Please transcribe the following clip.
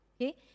okay